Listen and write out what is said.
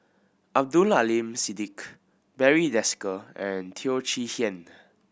Abdul Aleem Siddique Barry Desker and Teo Chee Hean